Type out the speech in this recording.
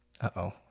Uh-oh